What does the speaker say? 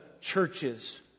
churches